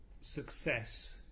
success